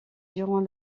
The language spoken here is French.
durant